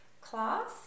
class